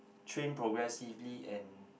train progressively and